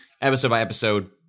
episode-by-episode